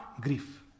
grief